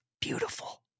beautiful